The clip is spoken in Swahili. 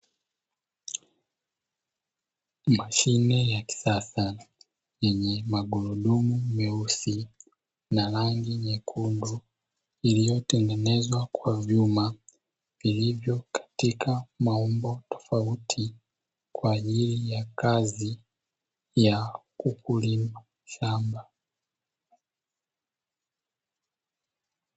Mashine ya kisasa yenye magurudumu meusi na rangi nyekundu, iliyotengenezwa kwa vyuma, vilivyo katika maumbo tofauti, kwa ajili ya kazi ya kulima shamba.